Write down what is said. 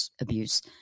Abuse